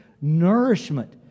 nourishment